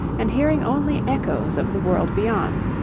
and hearing only echoes of the world beyond.